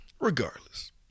regardless